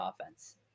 offense